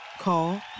Call